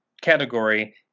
category